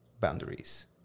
boundaries